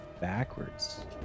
backwards